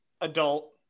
adult